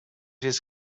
his